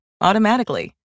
automatically